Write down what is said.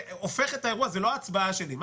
שהופך את האירוע זה לא ההצבעה שלי אלא